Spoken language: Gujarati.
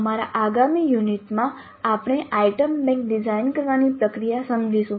અમારા આગામી યુનિટમાં આપણે આઇટમ બેંક ડિઝાઇન કરવાની પ્રક્રિયા સમજીશું